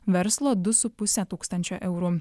verslo du su puse tūkstančio eurų